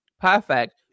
perfect